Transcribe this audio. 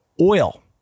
oil